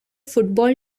football